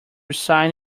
sign